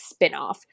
spinoff